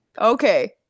Okay